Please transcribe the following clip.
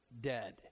dead